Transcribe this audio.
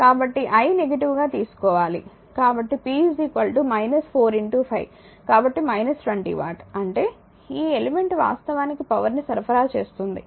కాబట్టి I negative గా తీసుకోవాలి కాబట్టి p 4 5 కాబట్టి 20 వాట్ అంటే ఈ ఎలిమెంట్ వాస్తవానికి పవర్ ని సరఫరా చేస్తుంది